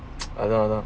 ah lah ah lah